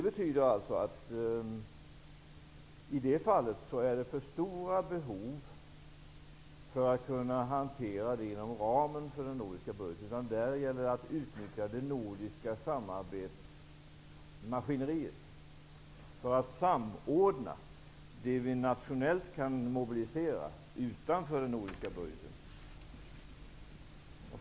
Behoven är för stora för att kunna hanteras inom ramen för den nordiska budgeten. Det gäller i stället att utnyttja det nordiska samordningsmaskineriet för att koordinera det som vi nationellt kan mobilisera utanför den nordiska budgeten.